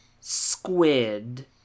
squid